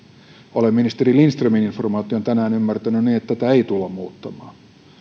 olen ministeri lindströmin informaation tänään ymmärtänyt niin että tätä ei tulla muuttamaan